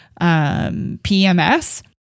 PMS